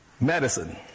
medicine